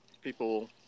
people